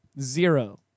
zero